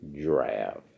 draft